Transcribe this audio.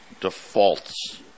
defaults